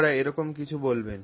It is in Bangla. তারা এরকম কিছু বলবেন